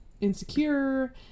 insecure